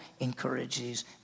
encourages